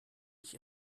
ich